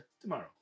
tomorrow